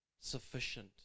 sufficient